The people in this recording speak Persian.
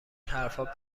حرفا